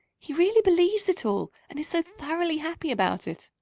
he really believes it all, and is so thoroughly happy about it.